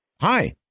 Hi